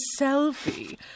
selfie